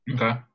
Okay